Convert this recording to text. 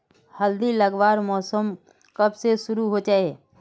हल्दी लगवार मौसम कब से शुरू होचए?